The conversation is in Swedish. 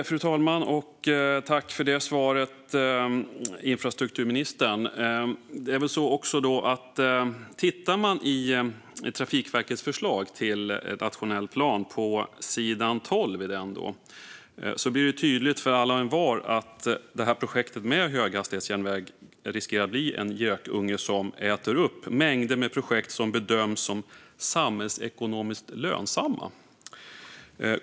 Fru talman! Tack för det svaret, infrastrukturministern! I Trafikverkets förslag till nationell plan, sidan 12, blir det tydligt för alla och envar att projektet höghastighetsjärnväg riskerar att bli en gökunge som äter upp mängder med projekt som bedöms som samhällsekonomiskt lönsamma.